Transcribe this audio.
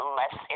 less